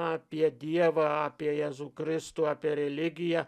apie dievą apie jėzų kristų apie religiją